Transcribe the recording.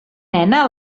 nena